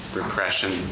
repression